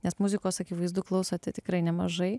nes muzikos akivaizdu klausote tikrai nemažai